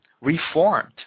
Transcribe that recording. reformed